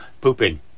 pooping